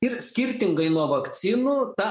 ir skirtingai nuo vakcinų ta